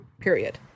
Period